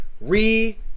re